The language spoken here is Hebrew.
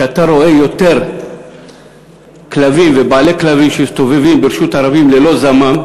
כשאתה רואה יותר כלבים ובעלי כלבים שמסתובבים ברשות הרבים ללא זמם,